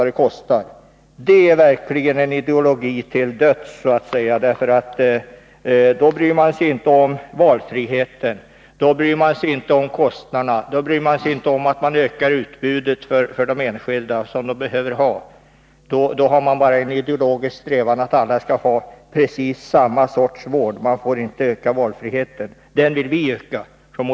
Detta är verkligen en ideologi till döds, så att säga. Då bryr man sig inte om valfriheten, inte om kostnaderna, inte om ett ökat utbud för de enskilda, som de behöver ha. Då har man bara en ideologisk strävan att alla skall ha precis samma sorts vård. Valfriheten får inte ökas, som vi från moderat håll vill göra.